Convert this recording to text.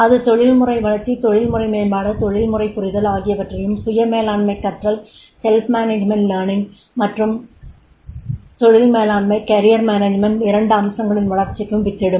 அது தொழில்முறை வளர்ச்சி தொழில்முறை மேம்பாடு தொழில்முறைப் புரிதல் ஆகியவற்றையும் சுய மேலாண்மை கற்றல் மற்றும் தொழில் மேலாண்மை இரண்டு அம்சங்களின் வளர்ச்சிக்கும் வித்திடும்